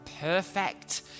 perfect